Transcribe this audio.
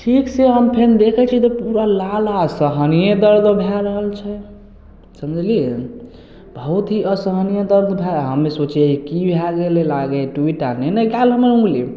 ठीकसँ हम फेन देखय छी तऽ पूरा लाल लाल असहनीय दर्द भए रहल छै समझलियै बहुत ही असहनीय दर्द भए हमे सोचिययै की भए गेलय लागय हइ टुटि आर नहि ने गेल हमर अँगुली